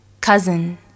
cousin